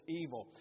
evil